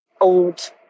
old